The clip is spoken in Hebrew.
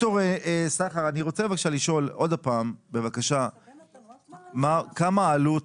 ד"ר סחר, אני רוצה בבקשה לשאול עוד פעם כמה העלות